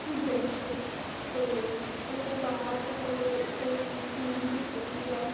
games च ते ओह्दे बाद जेल्लै कोई टीम जित्तदी ऐ